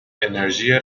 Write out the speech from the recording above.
انرژی